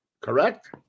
correct